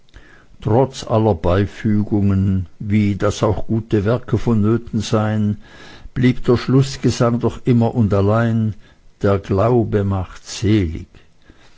trotz aller beifügungen wie daß auch gute werke vonnöten seien blieb der schlußgesang doch immer und allein der glaube macht selig